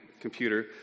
computer